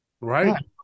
right